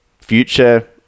future